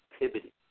activity